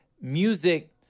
music